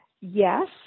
Yes